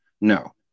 No